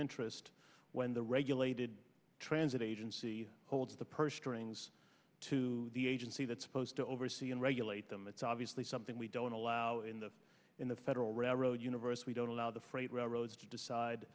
interest when the regulated transit agency holds the purse strings to the agency that's supposed to oversee and regulate them it's obviously something we don't allow in the in the federal railroad universe we don't allow the freight railroads to decide